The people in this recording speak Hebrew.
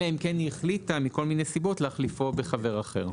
אלא אם כן היא החליטה מכל מיני סיבות להחליפו בחבר אחר.